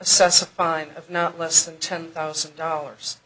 a fine of not less than ten thousand dollars